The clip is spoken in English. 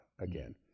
again